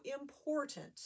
important